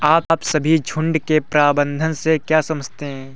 आप सभी झुंड के प्रबंधन से क्या समझते हैं?